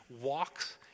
walks